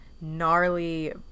gnarly